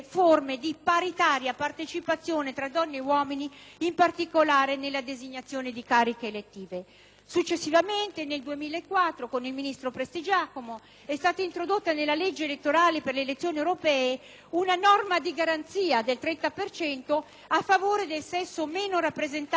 Successivamente, nel 2004, con il ministro Prestigiacomo è stata introdotta nella legge elettorale per le elezioni europee una norma di garanzia del 30 per cento a favore del sesso meno rappresentato nelle liste elettorali, a pena di sanzione finanziaria per le formazioni politiche inadempienti.